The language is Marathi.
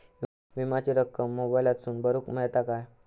विमाची रक्कम मोबाईलातसून भरुक मेळता काय?